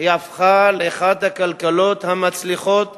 הפכה לאחת הכלכלות המצליחות בעולם,